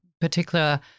particular